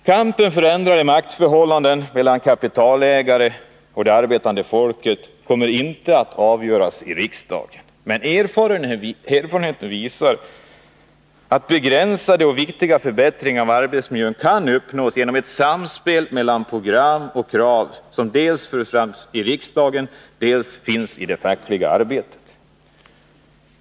Kampen för ändrade maktförhållanden mellan kapitalägare och det arbetande folket kommer inte att avgöras i riksdagen. Men erfarenheten visar att begränsade och viktiga förbättringar av arbetsmiljön kan uppnås genom ett samspel mellan program och krav som dels förs fram i riksdagen, dels finns i det fackliga arbetet.